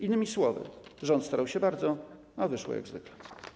Innymi słowy, rząd starał się bardzo, a wyszło jak zwykle.